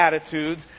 attitudes